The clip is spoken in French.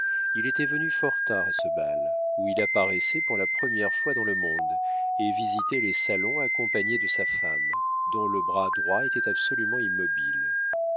il était venu fort tard à ce bal où il apparaissait pour la première fois dans le monde et visitait les salons accompagné de sa femme dont le bras droit était absolument immobile